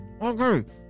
Okay